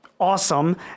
awesome